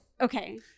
Okay